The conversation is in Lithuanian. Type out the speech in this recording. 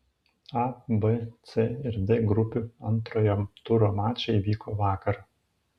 a b c ir d grupių antrojo turo mačai vyko vakar